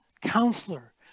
counselor